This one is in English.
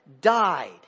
Died